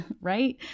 right